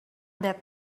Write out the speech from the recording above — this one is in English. that